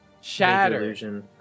Shatter